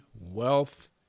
wealth